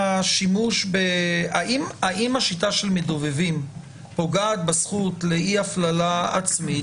האם השיטה של מדובבים פוגעת בזכות לאי הפללה עצמית,